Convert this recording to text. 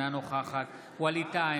אינה נוכחת ווליד טאהא,